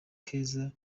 keza